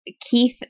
Keith